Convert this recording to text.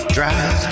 Drive